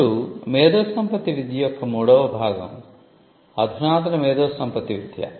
ఇప్పుడు మేధోసంపత్తి విద్య యొక్క మూడవ భాగం అధునాతన మేధోసంపత్తి విద్య